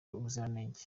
ubuzirange